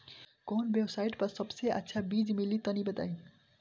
कवन वेबसाइट पर सबसे अच्छा बीज मिली तनि बताई?